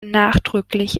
nachdrücklich